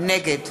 נגד